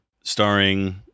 starring